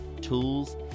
tools